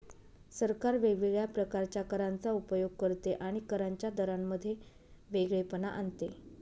सरकार वेगवेगळ्या प्रकारच्या करांचा उपयोग करते आणि करांच्या दरांमध्ये वेगळेपणा आणते